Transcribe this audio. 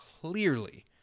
clearly